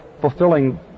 fulfilling